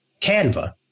Canva